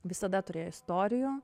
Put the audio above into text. visada turėjo istorijų